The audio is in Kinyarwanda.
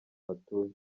batuye